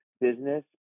business